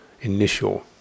initial